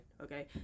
okay